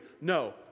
No